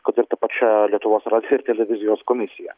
kad ir pačia lietuvos radijo ir televizijos komisija